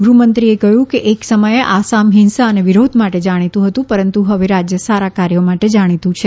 ગૃહમંત્રીએ કહ્યું કે એક સમયે આસામ હિંસા અને વિરોધ માટે જાણીતું હતું પરંતુ હવે રાજ્ય સારા કાર્યો માટે જાણીતું છે